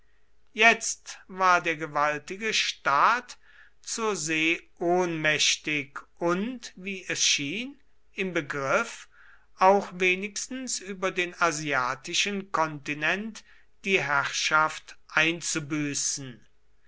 jetzt war der gewaltige staat zur see ohnmächtig und wie es schien im begriff auch wenigstens über den asiatischen kontinent die herrschaft einzubüßen